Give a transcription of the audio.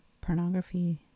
pornography